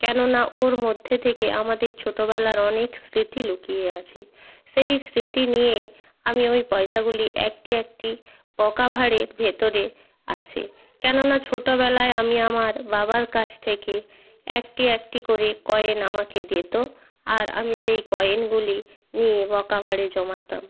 কেননা ওর মধ্যে থেকে আমাদের ছোটবেলার অনেক স্মৃতি লুকিয়ে আছে সেই স্মৃতি নিয়েই আমি আমি পয়সাগুলি একটি একটি বকাভাড়ের ভিতরে আছে কেননা ছোটবেলায় আমি আমার বাবার কাছ থেকে একটি একটি করে কয়েন আমাকে দিত আর আমি সেই কয়েনগুলি নিয়ে বকাভাড়ে জমাতাম